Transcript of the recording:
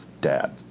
dad